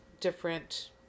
different